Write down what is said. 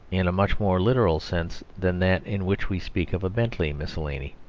in a much more literal sense than that in which we speak of a bentley miscellany.